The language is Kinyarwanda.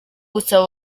gusaba